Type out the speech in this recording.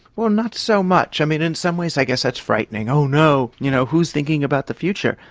well, not so much. in in some ways i guess that's frightening oh no, you know who's thinking about the future?